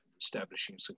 establishing